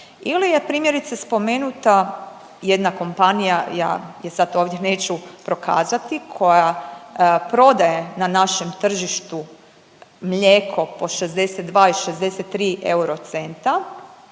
Ili je primjerice spomenuta jedna kompanija, ja je sad ovdje neću prokazati, koja prodaje na našem tržištu mlijeko po 62 i 63 eurocenta